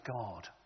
God